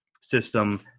system